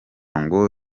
ngo